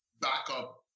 backup